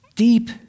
Deep